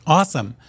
Awesome